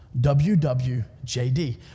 WWJD